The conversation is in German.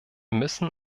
müssen